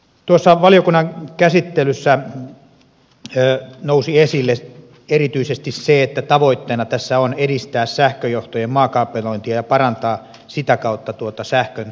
tuossa valiokunnan käsittelyssä nousi esille erityisesti se että tavoitteena tässä on edistää sähköjohtojen maakaapelointia ja parantaa sitä kautta sähkönjakelun toimintavarmuutta